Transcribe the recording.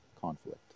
conflict